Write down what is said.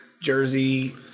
jersey